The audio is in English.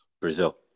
Brazil